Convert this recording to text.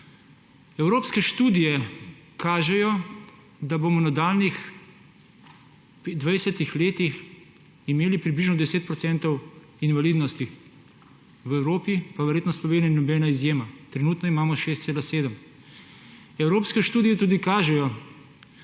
Evropske študije kažejo, da bomo v nadaljnjih 20 letih imeli približno 10 % invalidnosti v Evropi, pa verjetno Slovenija ni nobena izjema, trenutno imamo 6,7. Evropske študije tudi kažejo,